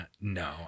No